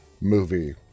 movie